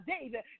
David